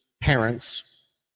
parents